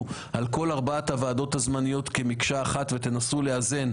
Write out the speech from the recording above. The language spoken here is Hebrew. על כל ארבע הוועדות הזמניות כמקשה אחת ותנסו לאזן,